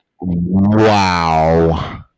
Wow